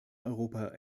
europa